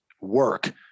work